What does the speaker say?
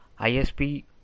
ISP